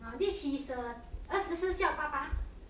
this he is a 二十四孝爸爸:(err) shi si xiao ba ba